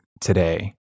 today